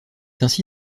ainsi